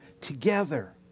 together